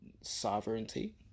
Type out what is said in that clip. sovereignty